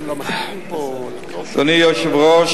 אדוני היושב-ראש,